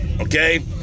Okay